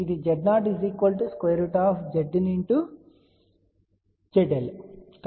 కాబట్టి ఇది Z0 Zin ZL